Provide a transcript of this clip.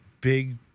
big